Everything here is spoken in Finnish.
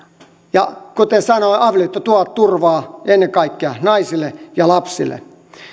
ja kuten sanoin avioliitto tuo turvaa ennen kaikkea naisille ja lapsille